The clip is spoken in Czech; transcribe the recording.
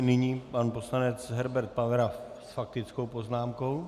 Nyní pan poslanec Herbert Pavera s faktickou poznámkou.